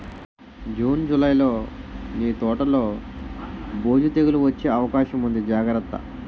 June, జూలైలో నీ తోటలో బూజు, తెగులూ వచ్చే అవకాశముంది జాగ్రత్త